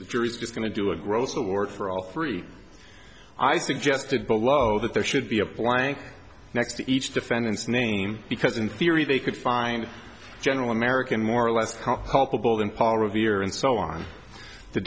the jury is just going to do a gross award for all three i suggested below that there should be a blank next to each defendant's name because in theory they could find general american more or less culpable than paul revere and so on the